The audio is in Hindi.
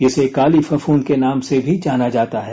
इसे काली फफूंद के नाम से भी जाना जाता है